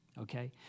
okay